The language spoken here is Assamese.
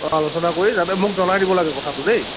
অঁ আলোচনা কৰি যাতে মোক জনাই দিব লাগে কথাটো দেই